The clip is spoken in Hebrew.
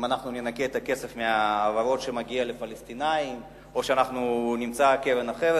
אם ננכה את הכסף מההעברות שמגיעות לפלסטינים או שנמצא קרן אחרת.